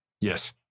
Yes